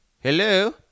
Hello